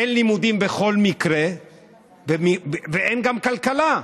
אין לימודים בכל מקרה ואין גם כלכלה,